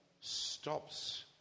stops